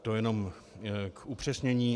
To jenom k upřesnění.